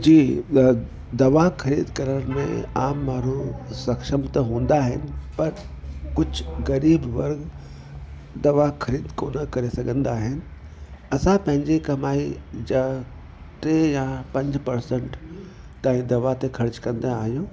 जी दवा ख़रीद करण में आम माण्हू सक्षम त हूंदा आहिनि पर कुझु ग़रीब वर्ग दवा ख़रीद कोनि करे सघंदा आहिनि असां पंहिंजे कमाई जा पंज या टे पर्सेंट ताईं दवा ते ख़र्च कंदा आहियूं